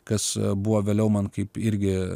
kas buvo vėliau man kaip irgi